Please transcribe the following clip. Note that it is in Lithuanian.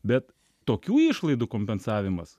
bet tokių išlaidų kompensavimas